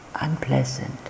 unpleasant